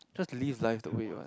just live life the way you want